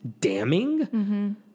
damning